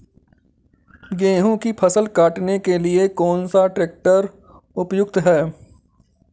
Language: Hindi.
गेहूँ की फसल काटने के लिए कौन सा ट्रैक्टर उपयुक्त है?